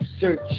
search